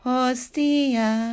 Hostia